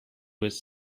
was